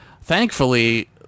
thankfully